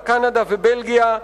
קנדה ובלגיה,